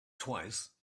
twice